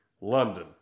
London